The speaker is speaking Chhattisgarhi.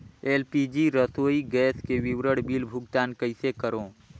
एल.पी.जी रसोई गैस के विवरण बिल भुगतान कइसे करों?